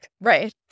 Right